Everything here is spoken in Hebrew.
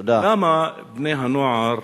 למה בני-הנוער